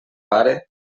pare